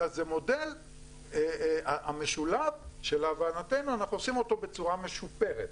אלא זה המודל המשולב שלהבנתנו אנחנו עושים אותו בצורה משופרת,